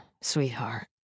sweetheart